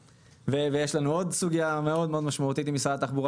לנו עוד סוגיה משמעותית מאוד עם משרד התחבורה